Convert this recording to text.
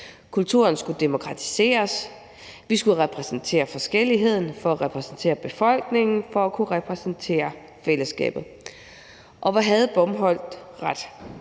Kulturen skulle demokratiseres; vi skulle repræsentere forskelligheden for at repræsentere befolkningen og for at kunne repræsentere fællesskabet. Og hvor havde Bomholt ret.